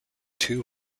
two